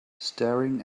staring